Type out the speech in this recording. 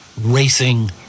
racing